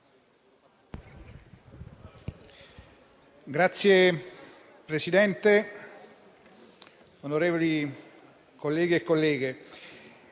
Signor Presidente, onorevoli colleghi e colleghe,